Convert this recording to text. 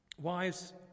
Wives